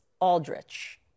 Aldrich